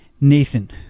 nathan